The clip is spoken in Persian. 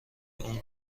اون